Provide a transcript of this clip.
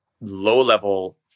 low-level